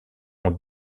ont